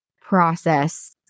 process